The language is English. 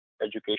education